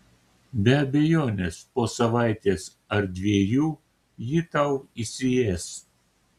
be abejonės po savaitės ar dviejų ji tau įsiės